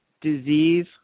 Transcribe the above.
disease